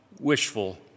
wishful